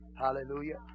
Hallelujah